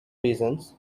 reasons